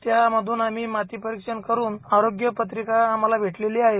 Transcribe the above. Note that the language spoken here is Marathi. त्यामध्ये आम्ही माती परीक्षण करून आरोग्यपत्रिका आम्हाला भेटलेले आहे